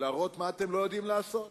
להראות מה אתם לא יודעים לעשות?